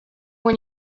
when